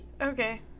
Okay